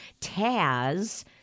Taz